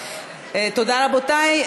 תודה, רבותי.